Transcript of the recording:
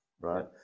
right